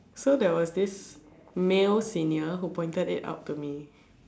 so there was this male senior that pointed it out to me